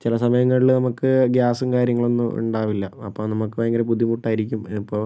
ചില സമയങ്ങളില് നമുക്ക് ഗ്യാസും കാര്യങ്ങളൊന്നും ഉണ്ടാവില്ല അപ്പോൾ നമുക്ക് ഭയങ്കര ബുദ്ധിമുട്ടായിരിക്കും അപ്പോൾ